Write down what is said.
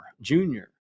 junior